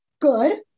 good